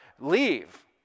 leave